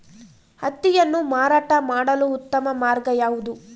ಹತ್ತಿಯನ್ನು ಮಾರಾಟ ಮಾಡಲು ಉತ್ತಮ ಮಾರ್ಗ ಯಾವುದು?